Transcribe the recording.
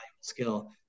skill